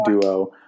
duo